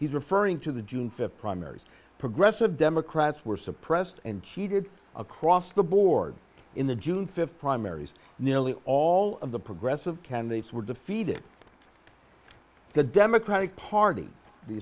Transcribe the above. he's referring to the june fifth primaries progressive democrats were suppressed and cheated across the board in the june fifth primaries nearly all of the progressive candidates were defeated the democratic party